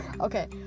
okay